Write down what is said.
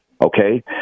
Okay